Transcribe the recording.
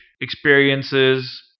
experiences